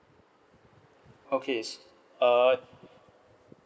okay err